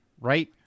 right